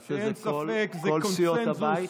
למעשה זה כל סיעות הבית?